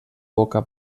poca